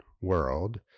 world